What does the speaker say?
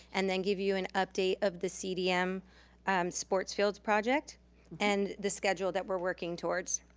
and then give you an update of the cdm sports fields project and the schedule that we're working towards.